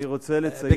מה, הוא